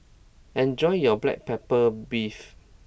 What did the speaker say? enjoy your Black Pepper Beef